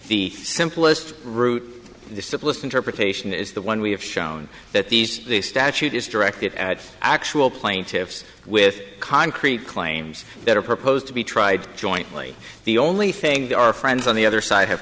the simplest route the simplest interpretation is the one we have shown that these the statute is directed at actual plaintiffs with concrete claims that are proposed to be tried jointly the only thing our friends on the other side have